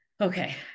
Okay